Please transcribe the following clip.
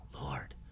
Lord